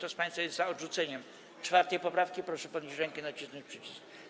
Kto z państwa jest za odrzuceniem 4. poprawki, proszę podnieść rękę i nacisnąć przycisk.